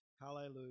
Hallelujah